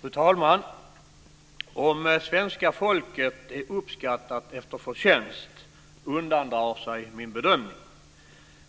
Fru talman! Om svenska folket är uppskattat efter förtjänst undandrar sig min bedömning.